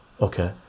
okay